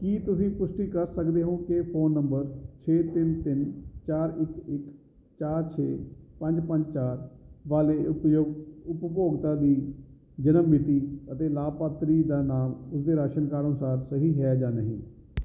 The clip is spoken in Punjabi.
ਕੀ ਤੁਸੀਂ ਪੁਸ਼ਟੀ ਕਰ ਸਕਦੇ ਹੋ ਕਿ ਫੋਨ ਨੰਬਰ ਛੇ ਤਿੰਨ ਤਿੰਨ ਚਾਰ ਇੱਕ ਇੱਕ ਚਾਰ ਛੇ ਪੰਜ ਪੰਜ ਚਾਰ ਵਾਲੇ ਉਪ ਉਪਭੋਗਤਾ ਦੀ ਜਨਮ ਮਿਤੀ ਅਤੇ ਲਾਭਪਾਤਰੀ ਦਾ ਨਾਮ ਉਸਦੇ ਰਾਸ਼ਨ ਕਾਰਡ ਅਨੁਸਾਰ ਸਹੀ ਹੈ ਜਾਂ ਨਹੀਂ